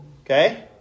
Okay